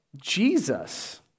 Jesus